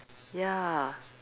ya